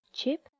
Chip